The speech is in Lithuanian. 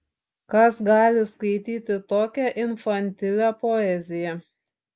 kas gali skaityti tokią infantilią poeziją